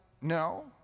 no